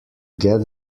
get